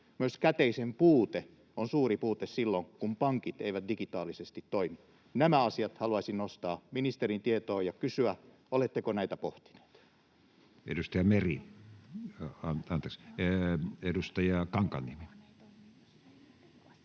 Myös käteisen puute on suuri puute silloin, kun pankit eivät digitaalisesti toimi. Nämä asiat haluaisin nostaa ministerin tietoon ja kysyä: oletteko näitä pohtinut? [Speech 63] Speaker: Matti Vanhanen